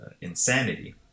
Insanity